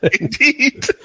Indeed